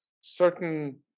certain